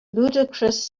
ludicrous